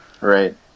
right